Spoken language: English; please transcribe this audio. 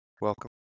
Welcome